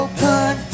Open